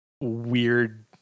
weird